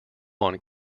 one